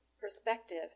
perspective